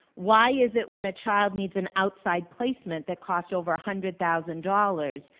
why is it when a child needs an outside placement that costs over a hundred thousand dollars,